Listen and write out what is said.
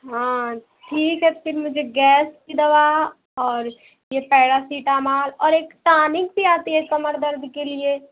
हाँ ठीक है तो फिर मुझे गैस की दवा और ये पैरासेटामॉल और एक टानिक भी आती है कमर दर्द के लिए